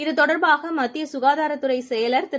இத்தொடர்பாக மத்தியசுகாதாரத்துறைசெயலர் திரு